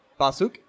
Basuk